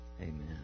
Amen